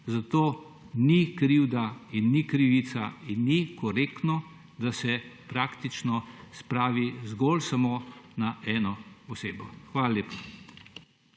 Zato ni krivda in ni krivica in ni korektno, da se spravi zgolj na eno osebo. Hvala lepa.